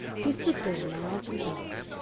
he stood there, large and dark,